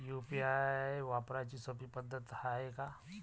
UPI वापराची सोपी पद्धत हाय का?